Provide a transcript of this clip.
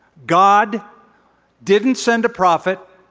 god didn't send a prophet,